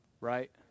Right